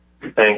Thanks